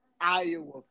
Iowa